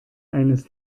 eines